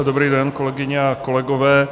Dobrý den, kolegyně a kolegové.